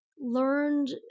learned